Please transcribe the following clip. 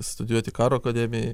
studijuoti karo akademijoj